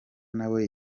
nawe